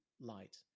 light